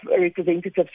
representatives